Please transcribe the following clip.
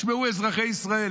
ישמעו אזרחי ישראל,